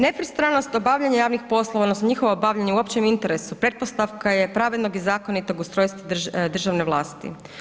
Zaključno, nepristranost obavljanja javnih poslova odnosno njihovo obavljanje u općem interesu, pretpostavka je pravednog i zakonitog ustrojstva državne vlasti.